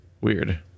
weird